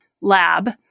lab